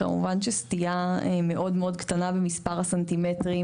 כמובן שסטייה מאוד קטנה במספר הסנטימטרים